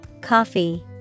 coffee